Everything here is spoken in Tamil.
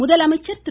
முதலமைச்சர் திரு